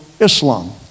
Islam